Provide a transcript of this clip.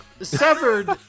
Severed